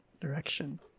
direction